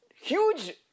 huge